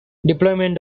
deployment